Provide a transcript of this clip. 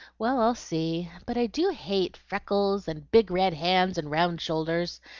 well, i'll see. but i do hate freckles and big red hands, and round shoulders.